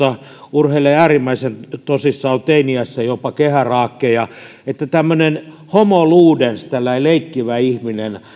urheilevat äärimmäisen tosissaan ovat teini iässä jopa kehäraakkeja mutta tämmöinen homo ludens leikkivä ihminen